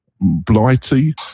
Blighty